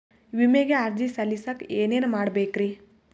ವಿಮೆಗೆ ಅರ್ಜಿ ಸಲ್ಲಿಸಕ ಏನೇನ್ ಮಾಡ್ಬೇಕ್ರಿ?